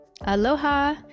Aloha